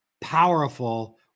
powerful